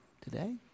today